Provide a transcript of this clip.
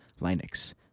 Linux